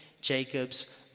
Jacob's